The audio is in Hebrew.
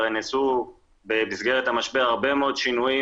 הרי הם עשו במסגרת המשבר הרבה מאוד שינויים